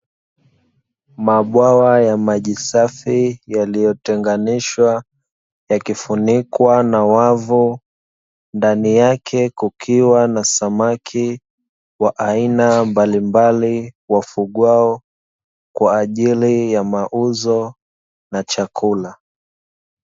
Mabwawa ya maji safi yaliyotenganishwa, ya kifunikwa na wavu. Ndani yake kukiwa na samaki, wa aina mbalimbali wafugwao kwa ajili ya mauzo na chakula.